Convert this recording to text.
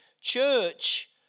church